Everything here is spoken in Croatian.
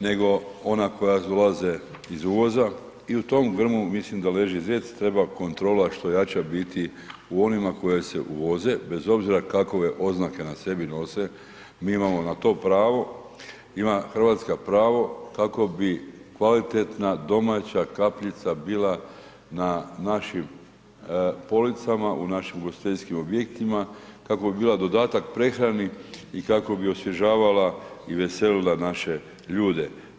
nego ona koja dolaze iz uvoza i u tom grmu mislim da leži zec, treba kontrola što jača biti u onima koja se uvoze, bez obzira kakove oznake na sebi nose, mi imamo na to pravo, ima Hrvatska pravo kako bi kvalitetna domaća kapljica bila na našim policama, u našim ugostiteljskim objektima, kako bi bila dodatak prehrani i kako bi osvježavala i veselila naše ljude.